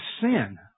sin